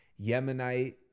yemenite